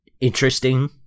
interesting